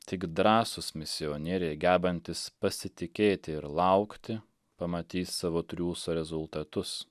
tik drąsūs misionieriai gebantys pasitikėti ir laukti pamatys savo triūso rezultatus